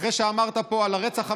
אחרי שאמרת פה על הרצח המתועב,